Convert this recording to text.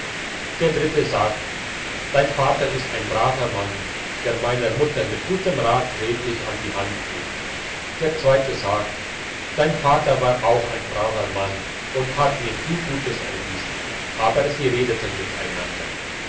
der dritte sagt dein vater ist ein braver mann der meiner mutter mit gutem rat redlich an die hand geht der zweite sagt dein vater war auch ein braver mann und hat mir viel gutes erwiesen aber sie redeten miteinander